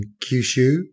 Kyushu